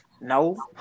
No